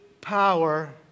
power